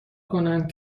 کنند